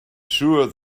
sure